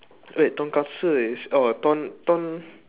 eh tonkatsu is oh ton ton